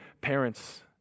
parents